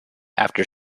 after